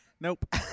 Nope